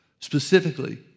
specifically